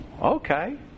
okay